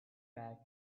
back